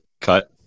cut